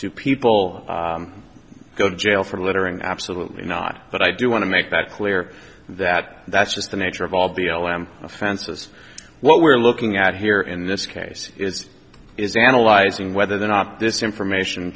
two people go to jail for littering absolutely not but i do want to make that clear that that's just the nature of all b l m offenses what we're looking at here in this case is analyzing whether the not this information